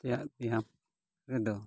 ᱛᱮᱭᱟᱜ ᱨᱮᱫᱚ